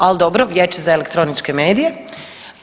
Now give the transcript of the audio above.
Ali dobro, Vijeće za elektroničke medije.